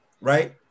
right